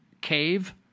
cave